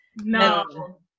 No